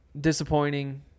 disappointing